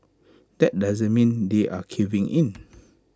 but that doesn't mean they're caving in